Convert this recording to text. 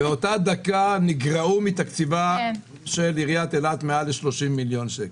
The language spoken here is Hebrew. באותה דקה נגרעו מתקציבה של עיריית אילת מעל ל-30 מיליוני שקלים.